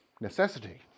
necessity